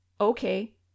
Okay